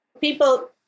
people